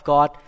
God